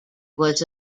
was